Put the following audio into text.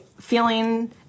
feeling